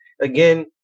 again